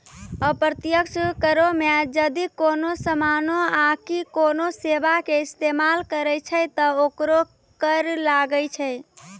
अप्रत्यक्ष करो मे जदि कोनो समानो आकि कोनो सेबा के इस्तेमाल करै छै त ओकरो कर लागै छै